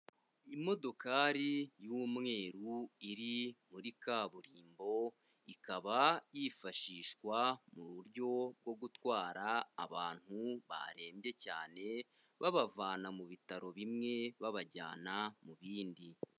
Imodokari y'umweru iri muri kaburimbo ikaba yifashishwa mu buryo bwo gutwara abantu barembye cyane, babavana mu bitaro bimwe babajyana mu bindi.